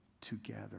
together